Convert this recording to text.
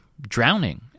drowning